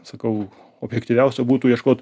sakau objektyviausia būtų ieškot